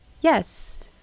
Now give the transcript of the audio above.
yes